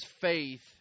faith